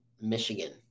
Michigan